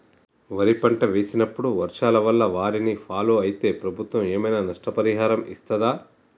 వరి పంట వేసినప్పుడు వర్షాల వల్ల వారిని ఫాలో అయితే ప్రభుత్వం ఏమైనా నష్టపరిహారం ఇస్తదా?